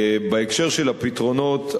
בהקשר של הפתרונות,